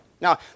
Now